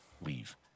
leave